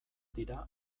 dira